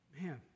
Man